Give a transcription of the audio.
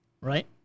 Right